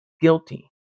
guilty